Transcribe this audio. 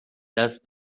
دست